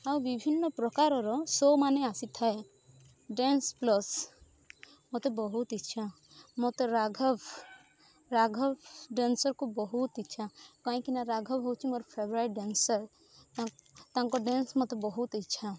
ଆଉ ବିଭିନ୍ନ ପ୍ରକାରର ଶୋ ମାନେ ଆସିଥାଏ ଡ୍ୟାନ୍ସ ପ୍ଲସ ମତେ ବହୁତ ଇଚ୍ଛା ମତେ ରାଘବ ରାଘବ ଡ୍ୟାନ୍ସରକୁ ବହୁତ ଇଚ୍ଛା କାହିଁକି ନା ରାଘବ ହଉଛି ମୋର ଫେବରାଇଟ ଡ୍ୟାନ୍ସର ତାଙ୍କ ଡ୍ୟାନ୍ସ ମତେ ବହୁତ ଇଚ୍ଛା